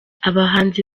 abahanzi